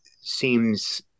seems